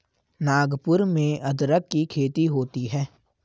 नागपुर में अदरक की खेती होती है